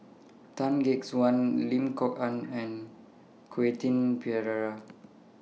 Tan Gek Suan Lim Kok Ann and Quentin Pereira